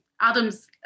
Adam's